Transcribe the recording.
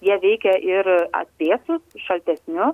jie veikia ir atvėsus šaltesniu